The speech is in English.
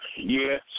Yes